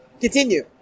continue